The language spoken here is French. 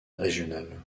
régional